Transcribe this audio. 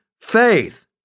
faith